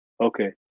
Okay